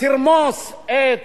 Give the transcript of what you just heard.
תרמוס את